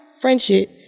friendship